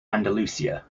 andalusia